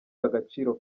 agaciro